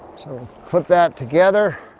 so put that together